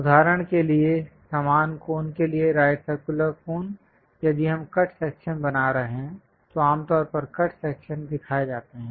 उदाहरण के लिए समान कोन के लिए राइट सर्कुलर कोन यदि हम कट सेक्शन बना रहे हैं तो आमतौर पर कट सेक्शन दिखाए जाते हैं